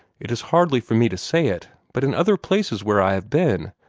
it is hardly for me to say it, but in other places where i have been,